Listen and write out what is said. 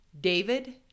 David